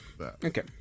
Okay